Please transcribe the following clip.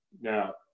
now